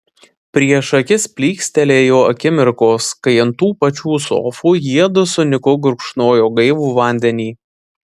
prieš akis plykstelėjo akimirkos kai ant tų pačių sofų jiedu su niku gurkšnojo gaivų vandenį